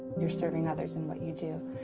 you're serving others in what you do.